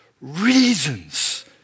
reasons